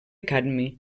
cadmi